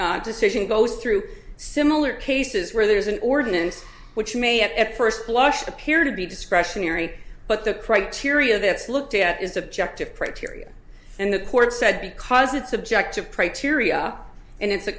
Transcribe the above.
inquest decision goes through similar cases where there's an ordinance which may at first blush appear to be discretionary but the criteria that's looked at is subjective criteria and the court said because it's objective criteria and it's